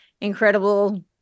incredible